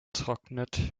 trocknet